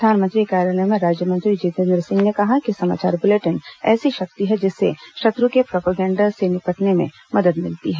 प्रधानमंत्री कार्यालय में राज्यमंत्री जितेन्द्र सिंह ने कहा कि समाचार बुलेटिन ऐसी शक्ति है जिससे शत्र् के प्रोपोगंडा से निपटने में मदद मिलती है